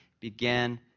began